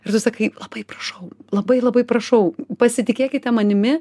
ir tu sakai labai prašau labai labai prašau pasitikėkite manimi